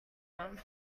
them